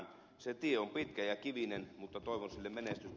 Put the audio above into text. se tie on pitkä ja kivinen mutta toivon sille menestystä